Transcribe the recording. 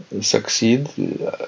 succeed